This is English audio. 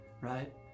right